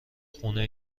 خونه